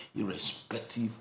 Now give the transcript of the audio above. irrespective